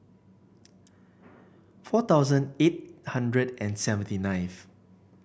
four thousand eight hundred and seventy ninth